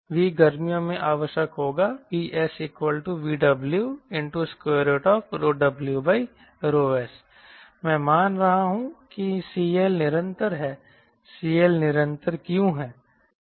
V गर्मियों में आवश्यक होगा VSVWWS मैं मान रहा हूं कि CL निरंतर है CL निरंतर क्यों है